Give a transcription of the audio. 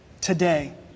today